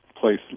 place